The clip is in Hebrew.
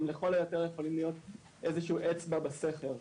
הם לכל היותר יכולים להיות איזשהו אצבע בסכר.